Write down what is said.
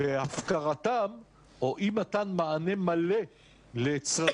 והפקרתם או אי מתן מענה מלא לצרכיהם